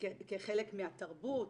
כחלק מהתרבות,